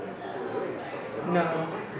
No